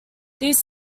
these